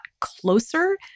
closer